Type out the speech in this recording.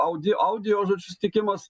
audi audio susitikimas